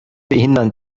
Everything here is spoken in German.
behindern